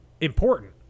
important